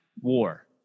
war